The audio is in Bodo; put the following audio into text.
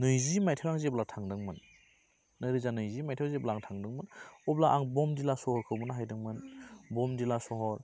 नैजि मायथाइयाव आं जेब्ला थांदोंमोन नैरोजा नैजि मायथाइयाव जेब्ला आं थांदोंमोन अब्ला आं बमदिला सहरखौबो नायहैदोंमोन बमदिला सहर